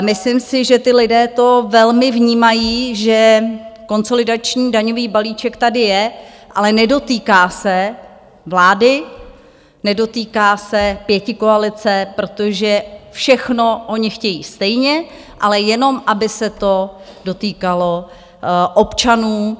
Myslím si, že ti lidé to velmi vnímají, že konsolidační daňový balíček tady je, ale nedotýká se vlády, nedotýká se pětikoalice, protože všechno oni chtějí stejně, ale jenom aby se to dotýkalo občanů.